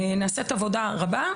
נעשית עבודה רבה.